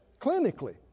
clinically